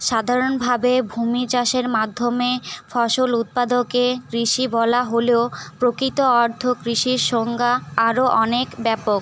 সাধারণভাবে ভূমি চাষের মাধ্যমে ফসল উৎপাদনকে কৃষি বলা হলেও প্রকৃত অর্থে কৃষির সংজ্ঞা আরও অনেক ব্যাপক